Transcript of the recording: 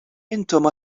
intom